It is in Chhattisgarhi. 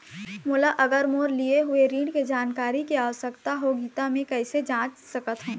मोला अगर मोर लिए हुए ऋण के जानकारी के आवश्यकता होगी त मैं कैसे जांच सकत हव?